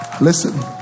Listen